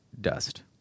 dust